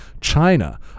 China